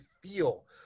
feel